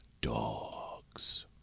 Dogs